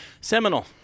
Seminal